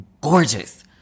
gorgeous